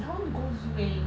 I want go zoo eh